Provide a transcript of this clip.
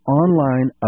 online